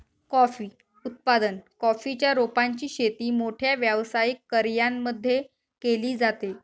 coffee उत्पादन, coffee च्या रोपांची शेती मोठ्या व्यावसायिक कर्यांमध्ये केली जाते